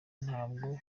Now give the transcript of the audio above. ntabwo